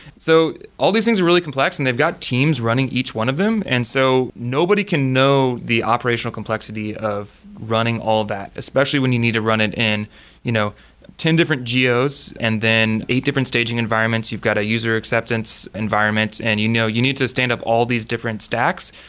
so all these things are really complex and they've got teams running each one of them. and so nobody can know the operational complexity of running all of that, especially when you need to run it in you know ten different ah gos and then eight different staging environments. you've got a user acceptance environment and you know you need to stand up all these different stacks.